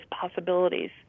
possibilities